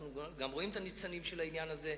אנחנו גם רואים את הניצנים של העניין הזה.